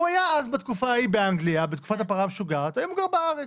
הוא היה בתקופת הפרה המשוגעת באנגליה והיום הוא גר בארץ.